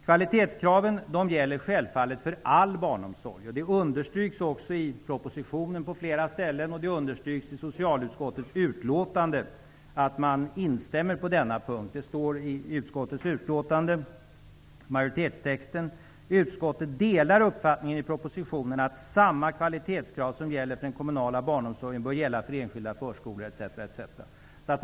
Kvalitetskraven gäller självfallet för all barnomsorg. Det understryks också på flera ställen i propositionen och i socialutskottets betänkande att man instämmer i detta. Det anförs i betänkandets majoritetstext: ''Utskottet delar uppfattningen i propositionen att samma kvalitetskrav som för den kommunala barnomsorgen bör gälla för enskilda förskolor, fritidshem och integrerad skolbarnsomsorg.''